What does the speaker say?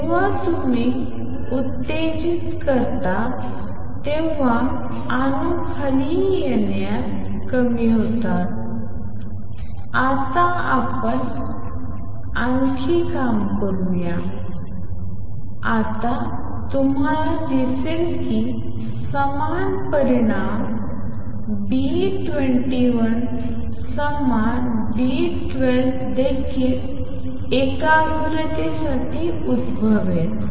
जेव्हा तुम्ही उत्तेजित करता तेव्हा अणू खाली येण्यास कमी होतात आता आपण यावर आणखी काम करूया आता तुम्हाला दिसेल की समान परिणाम B21 समान B12 देखील एकाग्रतेसाठी उद्भवेल